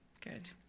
Good